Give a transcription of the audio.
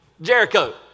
Jericho